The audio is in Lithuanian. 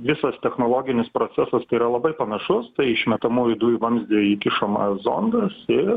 visos technologinis procesas tai yra labai panašus tai išmetamųjų dujų vamzdį įkišamas zondas ir